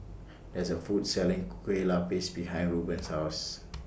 There IS A Food Selling Kue Lupis behind Reuben's House